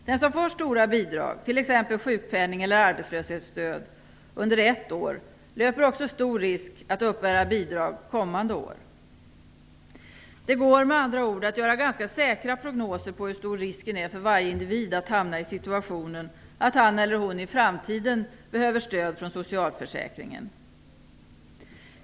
Den som får stora bidrag, t.ex. sjukpenning eller arbetslöshetsstöd, under ett år löper stor risk att uppbära bidrag också kommande år. Det går med andra ord att göra ganska säkra prognoser för hur stor risken är för varje individ att hamna i situationen att han eller hon i framtiden behöver stöd från socialförsäkringen.